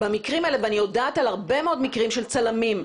אני יודעת על הרבה מאוד מקרים של צלמים,